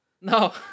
No